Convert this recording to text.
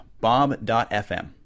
bob.fm